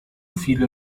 viele